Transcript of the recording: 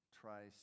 tries